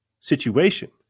situation